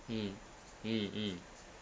mm mm mm